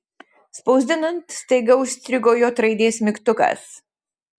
spausdinant staiga užstrigo j raidės mygtukas